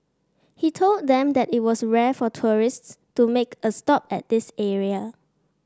he told them that it was rare for tourists to make a stop at this area